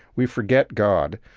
we forget god.